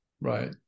right